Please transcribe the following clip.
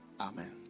amen